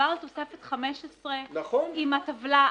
לפסקה (1),